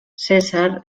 cèsar